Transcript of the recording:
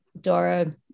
Dora